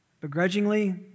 begrudgingly